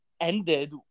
ended